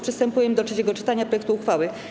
Przystępujemy do trzeciego czytania projektu uchwały.